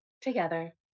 together